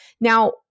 Now